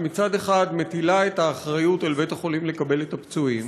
שמצד אחד מטילה על בית-החולים את האחריות לקבל את הפצועים,